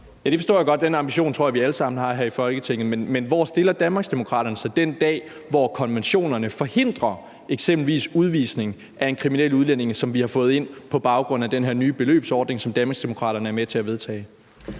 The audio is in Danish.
Det forstår jeg godt. Den ambition tror jeg vi alle sammen har her i Folketinget. Men hvor stiller Danmarksdemokraterne sig den dag, hvor konventionerne forhindrer eksempelvis udvisning af en kriminel udlænding, som vi har fået ind på baggrund af den her nye beløbsordning, som Danmarksdemokraterne er med til at vedtage?